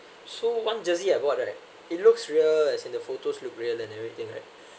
so one jersey I bought right it looks real as in the photos look real and everything right